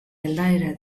aldaera